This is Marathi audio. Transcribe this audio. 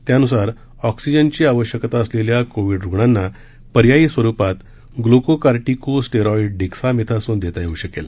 त्यानुसार ऑक्सिजनची आवश्यकता असलेल्या कोविड रुग्णांना पर्यायी स्वरूपात ग्लूकोकार्टिको स्टेरॉइड डेक्सा मेथासोन देता येऊ शकेल